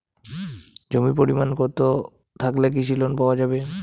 জমির পরিমাণ কতো থাকলে কৃষি লোন পাওয়া যাবে?